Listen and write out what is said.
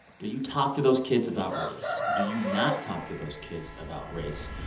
do you talk to those kids about race? do you not talk to those kids about race?